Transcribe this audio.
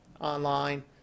online